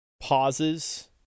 pauses